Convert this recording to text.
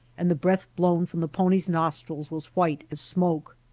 and the breath blown from the pony s nostrils was white as smoke.